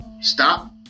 Stop